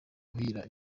kuhira